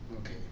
Okay